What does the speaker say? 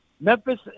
Memphis